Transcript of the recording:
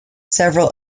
several